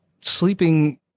sleeping